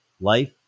life